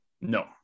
No